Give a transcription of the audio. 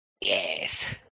Yes